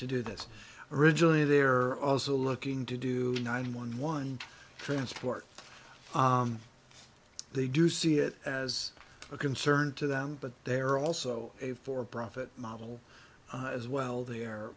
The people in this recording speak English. to do this originally they're also looking to do nine one one transport they do see it as a concern to them but they're also a for profit model as well there